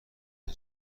همه